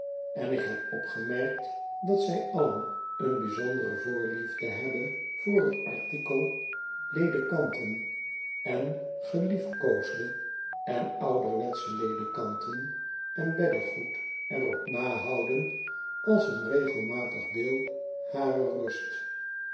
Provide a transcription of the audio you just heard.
en ik heb opgemerkt dat zij alleen een bijzondere voorliefde hebben voor t artikel ledekanten en geliefkoosde en ouderwetsche ledekan ten en beddegoed er op nahouden als een regelmatig deel harer rust